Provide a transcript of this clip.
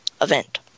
event